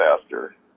faster